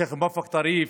השייח' מואפק טריף,